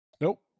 Nope